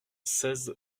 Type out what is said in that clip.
seize